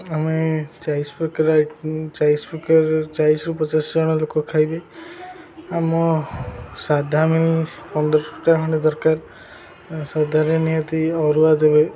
ଆମେ ଚାଳିଶ ପ୍ରକାର ଚାଳିଶ ପ୍ରକାର ଚାଳିଶରୁ ପଚାଶ ଜଣ ଲୋକ ଖାଇବେ ଆମ ସାଧା ପନ୍ଦରଟା ଖଣ୍ଡେ ଦରକାର ସାଧାରେ ନିହାତି ଅରୁଆ ଦେବେ